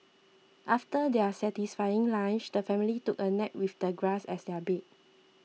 after their satisfying lunch the family took a nap with the grass as their bed